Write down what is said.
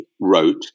wrote